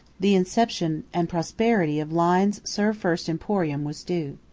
the inception and prosperity of lyne's serve first emporium was due.